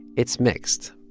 it's mixed.